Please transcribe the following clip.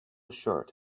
shirt